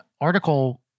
article